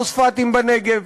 הפוספטים בנגב,